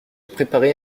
préparé